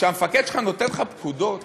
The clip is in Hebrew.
כשהמפקד שלך נותן לך פקודות